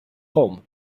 home